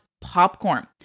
popcorn